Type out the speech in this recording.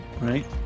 right